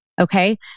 Okay